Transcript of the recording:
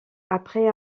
après